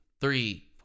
three